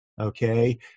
okay